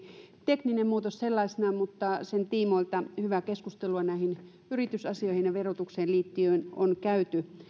tekninen muutos sellaisenaan mutta sen tiimoilta hyvää keskustelua näihin yritysasioihin ja verotukseen liittyen on käyty